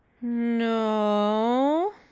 no